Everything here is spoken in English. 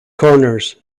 corners